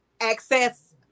access